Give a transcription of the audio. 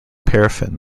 paraffin